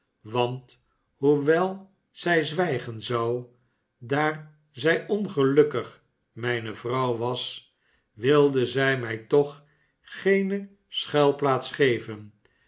want hoewel zij zwijgen zou daar zij ongelukkig mijne vrouw was wilde zij mij toch geene schuilplaats geven